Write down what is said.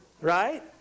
right